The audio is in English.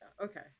Okay